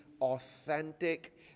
authentic